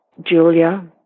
Julia